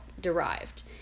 derived